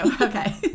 Okay